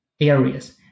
areas